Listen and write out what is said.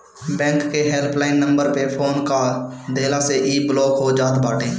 bank के help line number पअ phone कअ देहला से इ ब्लाक हो जात बाटे